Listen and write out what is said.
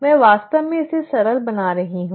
मैं वास्तव में इसे सरल बना रही हूं